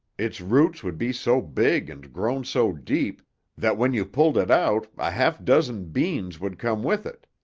its roots would be so big and grown so deep that when you pulled it out a half dozen beans would come with it.